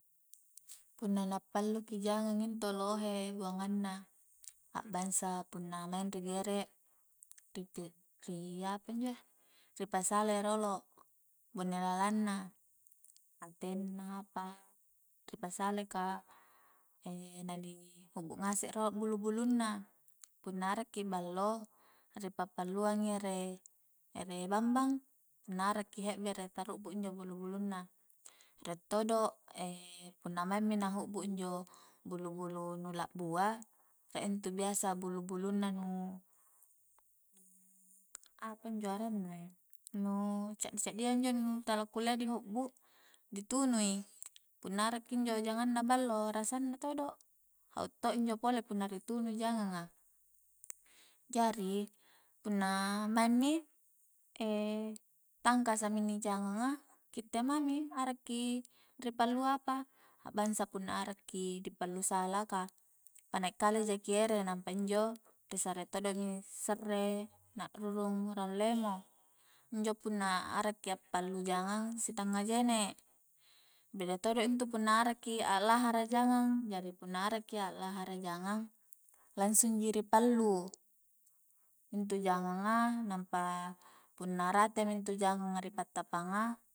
Punna na pallu ki jangang intu lohe buangang na a'bangsa punna maing ri gerek ri pi ri apanjoe ri pasala i loro bone lalang na atenna apa ripasalai ka na ni hukbu ngase i rolo bulu-bulunna punna arakki ballo ri pa palluang i ere-ere bambang punna arakki hekbere ta rubbu injo bulu-bulunna, rie todo' punna mingmi na hukbu injo bulu-bulu nu lakbua rie intu biasa bulu-bulunna nu nu apanjo arennae nu caddi-caddia injo nu tala kulle a di hukbu di tunui punna arakki injo jangang na ballo rasanna todo hau to'i injo pole punna i tunui jangang a jari punna maing mi tangkasa mi inni jangang a kitte mami arakki ri pallu apa a'bangsa punna arakki di pallu sala ka panaik kale jaki ere nampa injo ri sare todo'mi serre na'rurung raung lemo injo punna arakki a'pallu jangang sitannga jene' beda todo intu punna arakki a'lahara jangang jari punna arakki a' lahara jangang langsung ji ri pallu intu jangang a nampa punna ratemi intu jangang a ri pattapanga